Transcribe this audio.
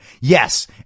Yes